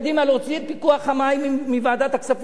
להוציא את הפיקוח על המים מוועדת הכספים,